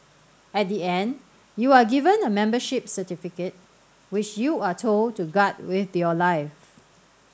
at the end you are given a membership certificate which you are told to guard with your life